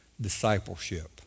discipleship